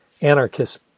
Anarchist